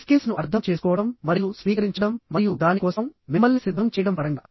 ఈ స్కిల్స్ ను అర్థం చేసుకోవడం మరియు స్వీకరించడం మరియు దాని కోసం మిమ్మల్ని సిద్ధం చేయడం పరంగా